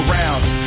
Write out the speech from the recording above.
rounds